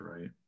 right